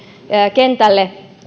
kentälle